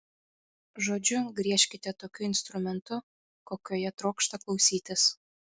žodžiu griežkite tokiu instrumentu kokio jie trokšta klausytis